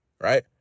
right